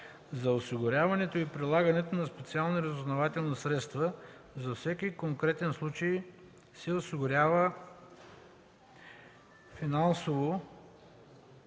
(1) Осигуряването и прилагането на специални разузнавателни средства за всеки конкретен случай се осигурява финансово